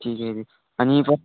ठीक आहे आणि